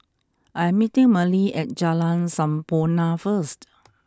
I'm meeting Merle at Jalan Sampurna first